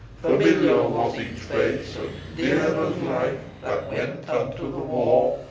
familiar was each face, and dear as life, that went unto the war,